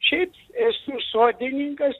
šiaip esu sodininkas